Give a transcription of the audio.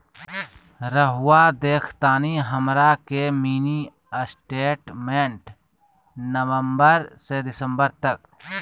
रहुआ देखतानी हमरा के मिनी स्टेटमेंट नवंबर से दिसंबर तक?